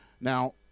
now